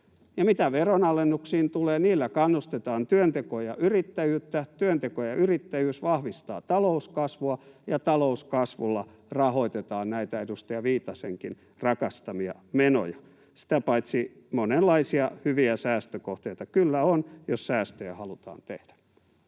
mitä veronalennuksiin tulee, niillä kannustetaan työntekoa ja yrittäjyyttä. Työnteko ja yrittäjyys vahvistavat talouskasvua, ja talouskasvulla rahoitetaan näitä edustaja Viitasenkin rakastamia menoja. Sitä paitsi monenlaisia hyviä säästökohteita kyllä on, jos säästöjä halutaan tehdä.